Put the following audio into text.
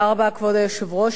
כבוד היושב-ראש,